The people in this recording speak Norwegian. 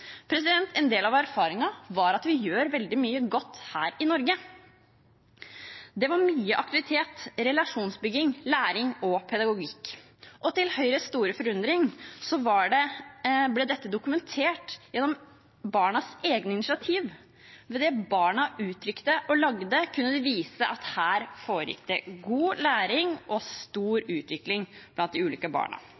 En del av erfaringen var at vi gjør veldig mye godt her i Norge. Det var mye aktivitet, relasjonsbygging, læring og pedagogikk. Til Høyres store forundring ble dette dokumentert gjennom barnas egne initiativ. Ved det som barna uttrykte og lagde, kunne de vise at her foregikk det god læring og stor